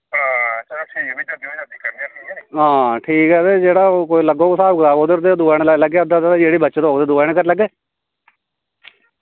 आं ठीक ऐ ते जेह्ड़ा कोई लब्भग तां स्हाब कताब दूऐ जनें लाई लैगे ते जेह्ड़ी बचत होग दोऐ जनें करी लैगे